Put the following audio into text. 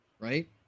right